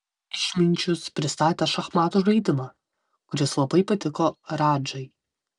išminčius pristatė šachmatų žaidimą kuris labai patiko radžai